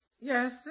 Yes